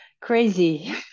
crazy